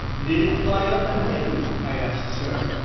did it fly up and hit him? i asts her.